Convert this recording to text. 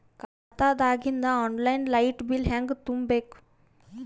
ಖಾತಾದಾಗಿಂದ online light bill ಹೇಂಗ ತುಂಬಾ ಬೇಕು?